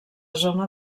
zona